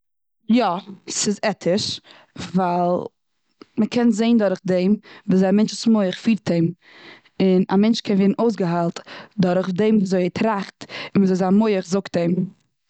יא, ס'איז עטיש. ווייל מ'קען זעהן דורך דעם וויאזוי א מענטשנס מח פירט אים. און א מענטש קען ווערן אויסגעהיילט דורך דעם וויאזוי ער טראכט, און וויאזוי זיין מח זאגט אים.